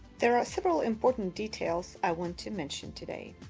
there are several important details i want to mention today.